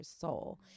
soul